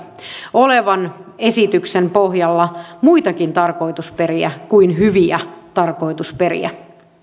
olevan esityksen pohjalla muitakin tarkoitusperiä kuin hyviä tarkoitusperiä